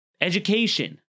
education